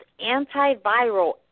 antiviral